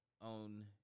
on